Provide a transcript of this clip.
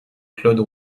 claude